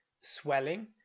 swelling